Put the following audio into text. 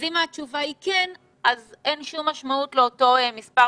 אז אם התשובה היא כן אז אין שום משמעות לאותו מספר